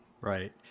right